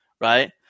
right